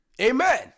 Amen